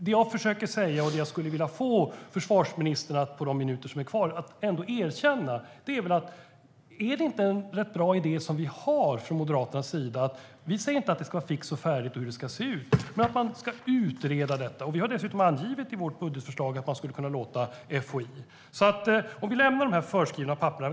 Det jag försöker säga och som jag på de minuter som är kvar skulle vilja få försvarsministern att erkänna handlar om: Är det inte en rätt bra idé som vi har från Moderaternas sida? Vi säger inte hur det ska se ut men att man ska utreda detta. Vi har dessutom angivit i vårt budgetförslag att man skulle kunna låta FOI göra detta. Låt oss lämna de i förväg skrivna papperen!